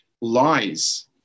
lies